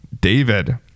David